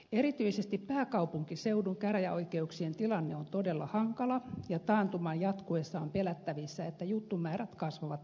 erityisesti pääkaupunkiseudun käräjäoikeuksien tilanne on todella hankala ja taantuman jatkuessa on pelättävissä että juttumäärät kasvavat entisestään